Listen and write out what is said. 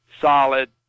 solid